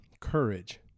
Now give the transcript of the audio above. courage